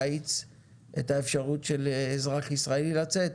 להאיץ את האפשרות של אזרח ישראלי לצאת.